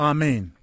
Amen